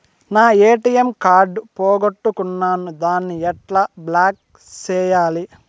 నా ATM card పోగొట్టుకున్నాను, దాన్ని ఎట్లా బ్లాక్ సేయాలి?